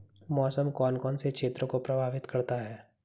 मौसम कौन कौन से क्षेत्रों को प्रभावित करता है?